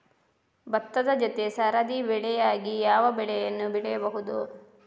ಭತ್ತದ ಜೊತೆ ಸರದಿ ಬೆಳೆಯಾಗಿ ಯಾವ ಬೆಳೆಯನ್ನು ಬೆಳೆಯಬಹುದು?